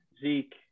Zeke